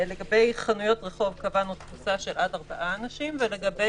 לגבי חנויות רחוב קבענו תפוסה של עד 4 אנשים ולגבי